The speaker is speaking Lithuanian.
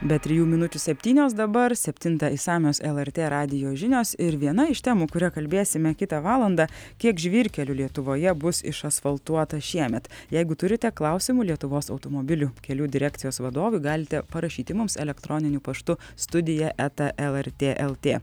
be trijų minučių septynios dabar septintą išsamios lrt radijo žinios ir viena iš temų kuria kalbėsime kitą valandą kiek žvyrkelių lietuvoje bus išasfaltuota šiemet jeigu turite klausimų lietuvos automobilių kelių direkcijos vadovui galite parašyti mums elektroniniu paštu studija eta lrt lt